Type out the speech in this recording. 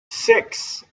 six